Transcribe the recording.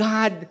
God